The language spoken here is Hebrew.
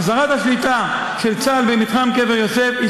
החזרת השליטה של צה"ל במתחם קבר יוסף היא